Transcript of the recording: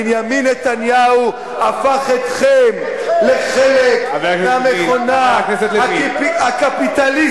בנימין נתניהו הפך אתכם לחלק מהמכונה הקפיטליסטית,